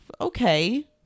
okay